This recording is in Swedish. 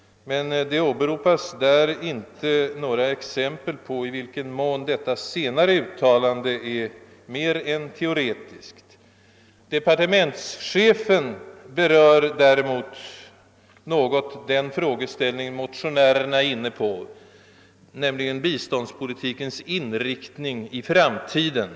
Men det åberopas där inte några exempel på i vilken mån detta senare uttalande är mer än teoretiskt. Departementschefen berör däremot något den frågeställning som motionärerna varit inne på, nämligen biståndspolitikens inriktning i framtiden.